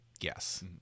yes